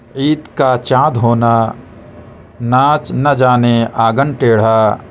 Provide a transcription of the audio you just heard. عید کا چاند ہونا ناچ نہ جانے آنگن ٹیڑھا